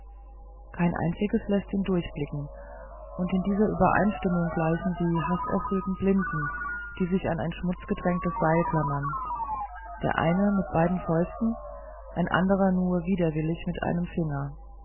kein einziges läßt ihn durchblicken und in dieser übereinstimmung gleichen sie haßerfüllten blinden die sich an ein schmutzgetränktes seil klammern der eine mit beiden fäusten ein anderer nur widerwillig mit einem finger